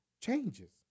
changes